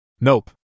Nope